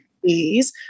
Please